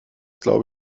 glaube